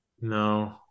No